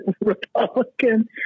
Republican